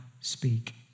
speak